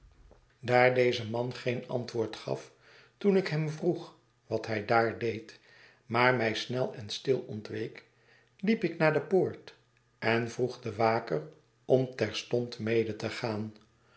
daar deze man geen antwoord gaf toen ik hem vroeg wat hij daar deed maar mij snel en stil ontweek liep ik naar de poort en vroeg den waker om terstond mede te gaan